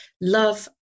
love